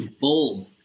Bold